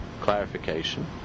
clarification